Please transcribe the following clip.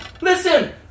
listen